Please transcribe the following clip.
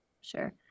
Sure